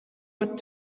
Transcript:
what